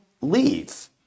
leave